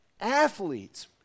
athletes